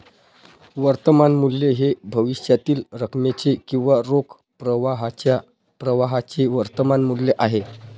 वर्तमान मूल्य हे भविष्यातील रकमेचे किंवा रोख प्रवाहाच्या प्रवाहाचे वर्तमान मूल्य आहे